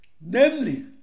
namely